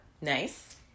Nice